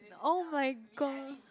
oh my god